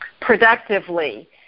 productively